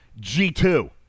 G2